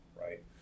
right